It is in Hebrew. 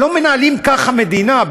לא מנהלים ככה מדינה.